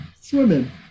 swimming